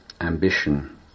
ambition